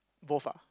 both ah